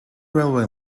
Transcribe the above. railway